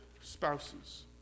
spouses